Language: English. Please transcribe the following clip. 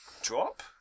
Drop